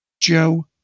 Joe